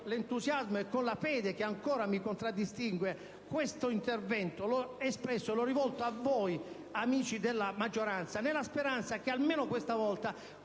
l'entusiasmo e la fede che ancora mi contraddistinguono questo intervento, e l'ho rivolto a voi, amici della maggioranza, nella speranza che almeno questa volta